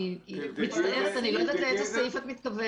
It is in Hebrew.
אני מצטערת, אני לא יודעת לאיזה סעיף את מתכוונת.